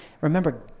remember